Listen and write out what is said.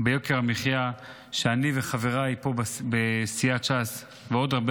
ביוקר המחיה שאני וחבריי פה בסיעת ש"ס ועוד הרבה,